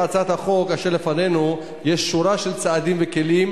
בהצעת החוק אשר לפנינו יש שורה של צעדים וכלים